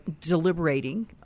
deliberating